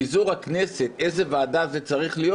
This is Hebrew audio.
פיזור הכנסת, איזו ועדה זה צריך להיות?